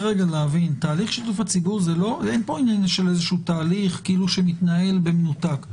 אין פה עניין של תהליך שמתנהל במנותק.